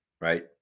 right